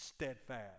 steadfast